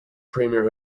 premiere